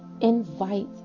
Invite